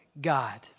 God